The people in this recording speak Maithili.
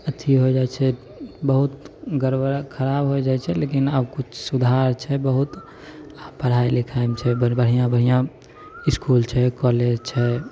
अथी हो जाइत छै बहुत बहुत गड़बड़ खराब हो जाइत छै लेकिन आब किछु सुधार छै बहुत आब पढ़ाइ लिखाइमे छै बड़ बढ़िआँ बढ़िआँ बढ़िआँ इसकुल छै कॉलेज छै